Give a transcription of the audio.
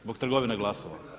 Zbog trgovine glasova.